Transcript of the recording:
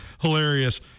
Hilarious